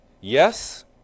Yes